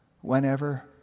whenever